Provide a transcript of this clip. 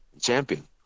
champion